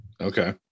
Okay